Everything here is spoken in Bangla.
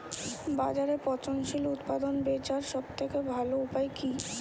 বাজারে পচনশীল উৎপাদন বেচার সবথেকে ভালো উপায় কি?